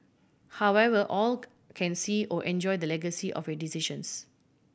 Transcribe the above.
however all can see or enjoy the legacy of your decisions